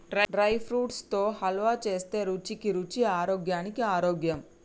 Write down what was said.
dry fruits తో హల్వా చేస్తే రుచికి రుచి ఆరోగ్యానికి ఆరోగ్యం